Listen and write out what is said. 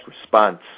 response